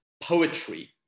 poetry